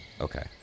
Okay